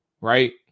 Right